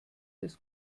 des